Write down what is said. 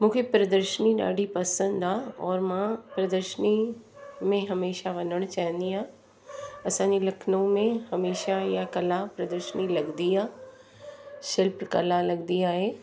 मूंखे प्रदशनीय ॾाढी पसंदि आहे और मां प्रदर्शनी में हमेशह वञणु चाहींदी आहियां असांजे लखनऊ में हमेशह इहा कला प्रदर्शनी लॻंदी आहे शिल्प कला लॻंदी आहे